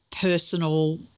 Personal